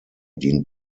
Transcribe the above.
dient